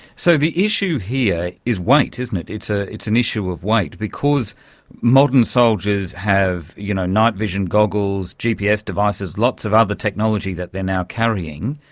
so the issue here is weight, isn't it, it's ah it's an issue of weight, because modern soldiers have you know night vision goggles, gps devices, lots of other technology that they are now carrying,